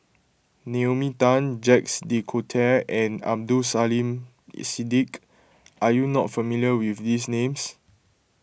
Naomi Tan Jacques De Coutre and Abdul Siddique are you not familiar with these names